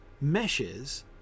meshes